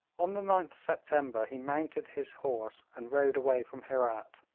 on the ninth september he mounted his horse and rode away from herat.